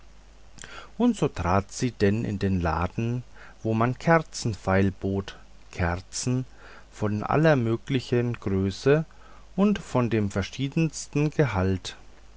und so trat sie denn in den laden wo man kerzen feilbot kerzen von allermöglichen größe und von dem verschiedensten gehalt